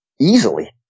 easily